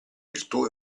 virtù